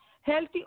healthy